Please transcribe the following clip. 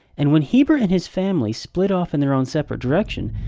and when heber and his family split off in their own separate direction,